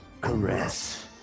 caress